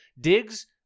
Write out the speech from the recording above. Diggs